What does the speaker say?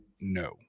No